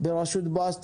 בראשות בועז טופורובסקי,